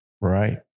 right